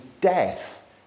death